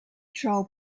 troll